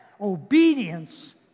obedience